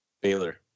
Baylor